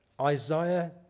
Isaiah